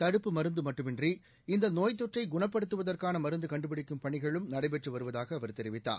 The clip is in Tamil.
தடுப்பு மருந்து மட்டுமன்றி இந்த நோய் தொற்றை குணப்படுத்துவதற்கான மருந்து கண்டுபிடிக்கும் பணிகளும் நடைபெற்று வருவதாக அவர் தெரிவித்தார்